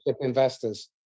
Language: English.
investors